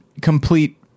complete